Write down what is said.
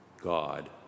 God